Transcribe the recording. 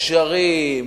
גשרים,